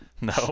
No